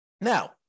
Now